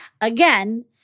Again